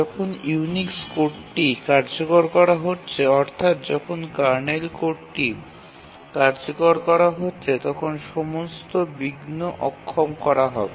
যখন ইউনিক্স কোডটি কার্যকর করা হচ্ছে অর্থাৎ যখন কার্নেল কোডটি কার্যকর করা হচ্ছে তখন সমস্ত বাধাকে সরিয়ে দেওয়া হবে